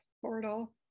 portal